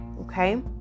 Okay